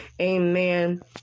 amen